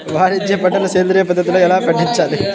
వాణిజ్య పంటలు సేంద్రియ పద్ధతిలో ఎలా పండించాలి?